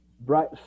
bright